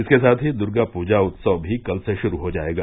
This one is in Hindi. इसके साथ ही दुर्गा पूजा उत्सव भी कल से शुरू हो जायेगा